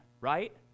right